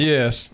Yes